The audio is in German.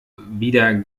wieder